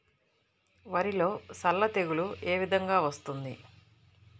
వరిలో సల్ల తెగులు ఏ విధంగా వస్తుంది?